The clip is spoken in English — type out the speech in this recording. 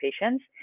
patients